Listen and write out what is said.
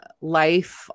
life